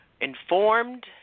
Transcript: informed